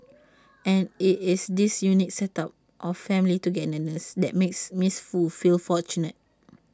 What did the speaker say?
and IT is this unique set up of family togetherness that makes miss Foo feel fortunate